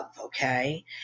okay